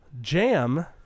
Jam